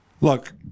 Look